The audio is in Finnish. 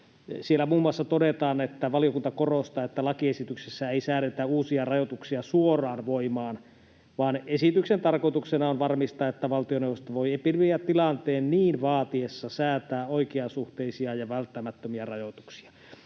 Siellä muun muassa todetaan, että valiokunta korostaa, että lakiesityksessä ei säädetä uusia rajoituksia suoraan voimaan, vaan esityksen tarkoituksena on varmistaa, että valtioneuvosto voi epidemiatilanteen niin vaatiessa säätää oikeasuhteisia ja välttämättömiä rajoituksia.